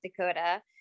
Dakota